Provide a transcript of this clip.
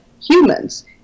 humans